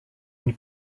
une